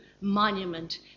monument